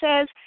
says